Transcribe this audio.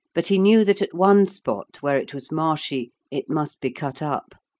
but he knew that at one spot where it was marshy it must be cut up.